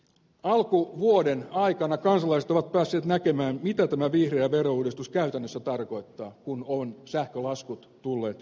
alkuvuoden aikana kansalaiset ovat päässeet näkemään mitä tämä vihreä verouudistus käytännössä tarkoittaa kun ovat sähkölaskut tulleet perille